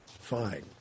fine